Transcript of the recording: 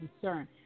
concern